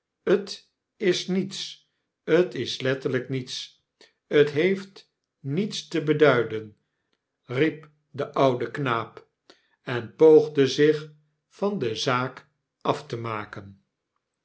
t is niets t is letterlyk niets t heeft niets te beduiden riep de oude knaap en poogde zich van de zaak af te maken